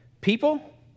people